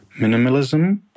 Minimalism